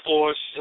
Force